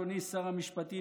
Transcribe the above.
אדוני שר המשפטים,